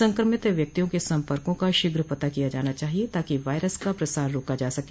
संक्रमित व्यक्तियों के सम्पर्कों का शीघ्र पता किया जाना चाहिए ताकि वायरस का प्रसार रोका जा सके